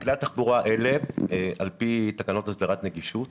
בכלי התחבורה האלה, על פי תקנות הסדרת נגישות,